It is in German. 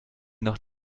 noch